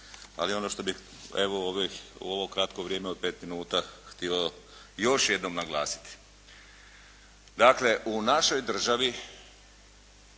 ali ono što bih u ovo kratko vrijeme od pet minuta htio još jednom naglasiti. Dakle, u našoj državi